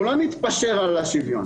אנחנו לא נתפשר על השוויון,